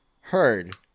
Heard